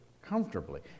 Comfortably